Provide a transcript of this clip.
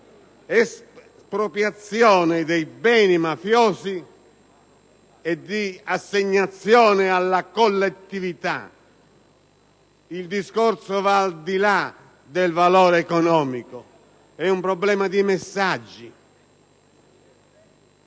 espropriazione dei beni mafiosi e di assegnazione alla collettività. Il discorso va al di là del valore economico: è un problema di messaggi.